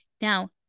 Now